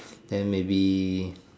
then maybe